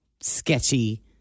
sketchy